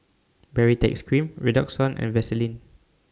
Baritex Cream Redoxon and Vaselin